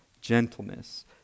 gentleness